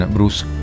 Bruce